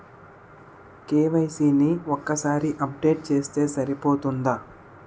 KYC ని ఒక్కసారి update చేస్తే సరిపోతుందా?